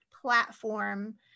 platform